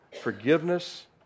forgiveness